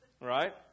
right